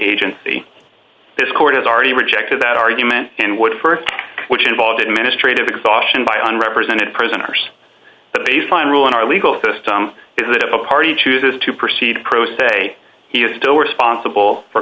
agency this court has already rejected that argument and would st which involved in ministry of exhaustion by on represented prisoners the baseline rule in our legal system is that if a party chooses to proceed pro se he is still responsible for